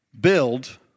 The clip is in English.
build